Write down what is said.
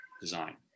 design